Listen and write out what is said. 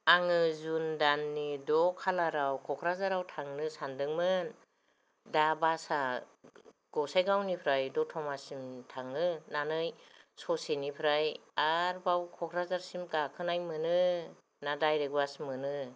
आङो जुन दाननि द' खालाराव क'क्राझाराव थांनो सानदोंमोन दा बासा गसाइगावनिफ्राय दत'मासिम थाङो ना नै ससेनिफ्राय आरोबाव क'क्राझारसिम गाखोनाय मोनो ना डाइरेक्ट बास मोनो